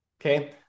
okay